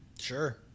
Sure